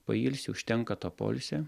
pailsi užtenka to poilsio